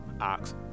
ox